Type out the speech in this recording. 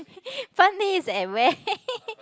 fun days at where